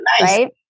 right